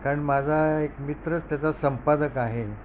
कारण माझा एक मित्रच त्याचा संपादक आहे